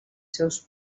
seus